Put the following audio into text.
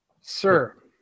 Sir